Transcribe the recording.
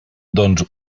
doncs